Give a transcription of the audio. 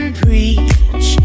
preach